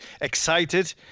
excited